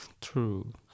True